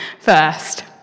first